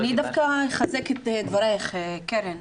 אני דווקא אחזק את דברייך, קרן.